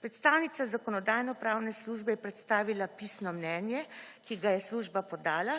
Predstavnica Zakonodajno-pravne službe je predstavila pisno mnenje, ki ga je služba podala